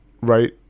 right